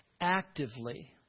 Actively